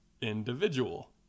individual